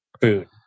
food